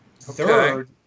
Third